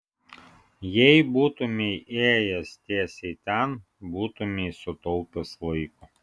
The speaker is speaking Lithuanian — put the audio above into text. jei būtumei ėjęs tiesiai ten būtumei sutaupęs laiko